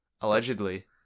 allegedly